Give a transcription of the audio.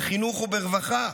בחינוך וברווחה?